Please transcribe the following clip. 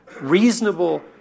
reasonable